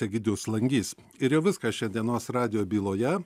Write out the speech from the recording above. egidijus langys ir jau viskas šiandienos radijo byloje